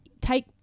take